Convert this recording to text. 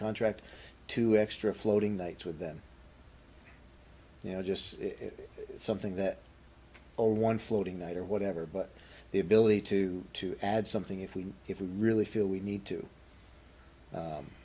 contract to extra floating that with them you know just something that old one floating night or whatever but the ability to to add something if we if we really feel we need to